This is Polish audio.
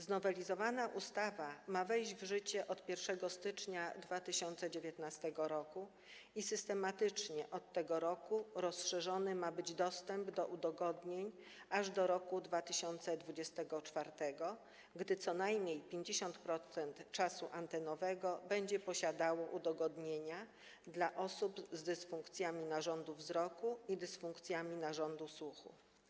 Znowelizowana ustawa ma wejść w życie od 1 stycznia 2019 r. i systematycznie od tego roku rozszerzany ma być dostęp do udogodnień, aż do roku 2024, gdy co najmniej 50% czasu antenowego będzie posiadało udogodnienia dla osób z dysfunkcjami narządu wzroku i dysfunkcjami narządu słuchu.